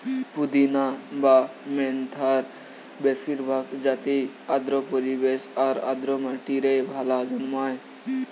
পুদিনা বা মেন্থার বেশিরভাগ জাতিই আর্দ্র পরিবেশ আর আর্দ্র মাটিরে ভালা জন্মায়